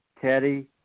Teddy